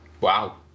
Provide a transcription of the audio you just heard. Wow